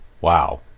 Wow